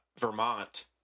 Vermont